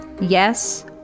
Yes